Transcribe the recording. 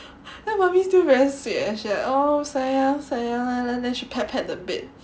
then mummy still very sweet leh she like oh sayang sayang then she pet pet the bed